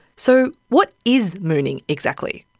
so what is mooning exactly?